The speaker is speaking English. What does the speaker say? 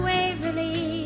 Waverly